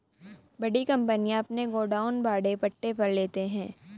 बड़ी कंपनियां अपने गोडाउन भाड़े पट्टे पर लेते हैं